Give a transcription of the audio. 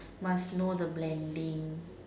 must know the blending